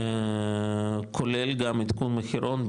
כולל גם עדכון מחירון,